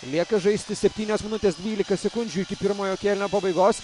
lieka žaisti septynios minutės dvylika sekundžių iki pirmojo kėlinio pabaigos